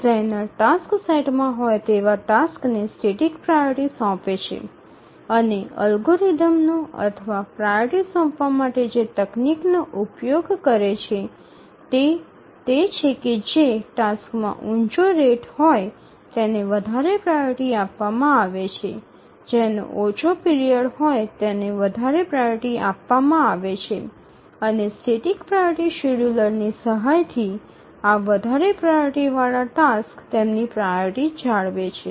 designer task સેટમાં હોય તેવા ટાસક્સને સ્ટેટિક પ્રાઓરિટી સોંપે છે અને અલ્ગોરિધમનો અથવા પ્રાઓરિટી સોંપવા માટે જે તકનીકનો ઉપયોગ કરે છે તે તે છે કે જે ટાસક્સમાં ઊંચો રેટ હોય તેને વધારે પ્રાઓરિટી આપવામાં આવે છે જેનો ઓછો પીરિયડ હોય તેમને વધારે પ્રાઓરિટી આપવામાં આવે છે અને સ્ટેટિક પ્રાઓરિટી શેડ્યૂલરની સહાયથી આ વધારે પ્રાઓરિટી વાળા ટાસક્સ તેમની પ્રાઓરિટી જાળવે છે